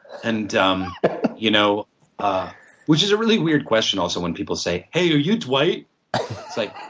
and um you know ah which is a really weird question also when people say, hey, are you dwight? it's like,